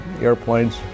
airplanes